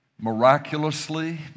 Miraculously